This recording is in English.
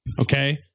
Okay